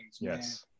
Yes